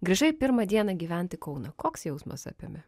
grįžai pirmą dieną gyvent į kauną koks jausmas apėmė